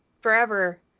forever